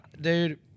dude